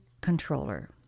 Controller